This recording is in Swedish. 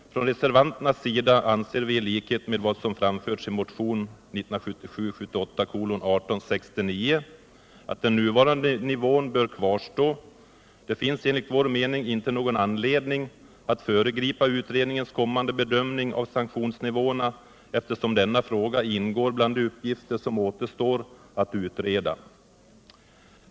Från reservanternas sida anser vi, i likhet med vad som framfördes i motionen 1977/78:1869, att den nuvarande nivån bör kvarstå. Det finns enligt vår mening inte någon anledning att föregripa utredningens kommande bedömning av sanktionsnivåerria, eftersom denna fråga ingår bland de uppgifter som återstår att utreda.